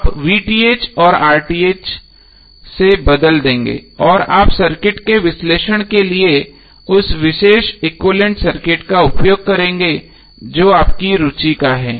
आप और से बदल देंगे और आप सर्किट के विश्लेषण के लिए उस विशेष एक्विवैलेन्ट सर्किट का उपयोग करेंगे जो आपकी रुचि का है